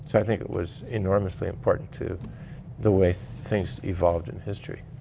so i think it was enormously important to the way things evolved in history.